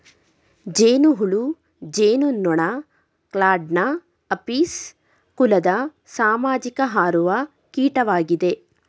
ಜೇನುಹುಳು ಜೇನುನೊಣ ಕ್ಲಾಡ್ನ ಅಪಿಸ್ ಕುಲದ ಸಾಮಾಜಿಕ ಹಾರುವ ಕೀಟವಾಗಿದೆ